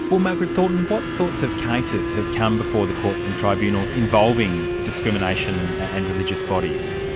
well margaret thornton, what sorts of cases have come before the courts and tribunals involving discrimination and religious bodies?